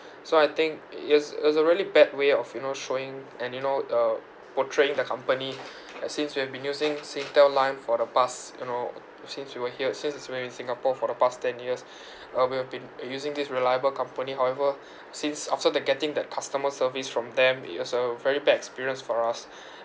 so I think it's it's a really bad way of you know showing and you know uh portraying the company like since we have been using singtel line for the past you know since we were here since when we were in singapore for the past ten years uh we have been using this reliable company however since after that getting that customer service from them it was a very bad experience for us